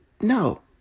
no